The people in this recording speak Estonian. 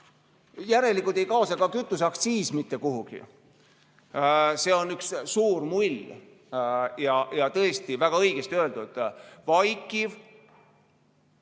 Järelikult ei kao kütuseaktsiis mitte kuhugi. See on üks suur mull. Ja tõesti, väga õigesti öeldud – vaikiv